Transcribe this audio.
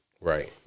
Right